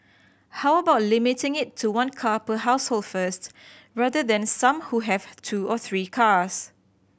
how about limiting it to one car per household first rather than some who have two or three cars